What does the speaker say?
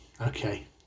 okay